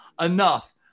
enough